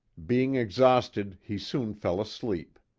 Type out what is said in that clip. being exhausted he soon fell asleep.